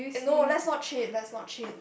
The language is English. eh no let's no cheat let's no cheat